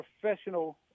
professional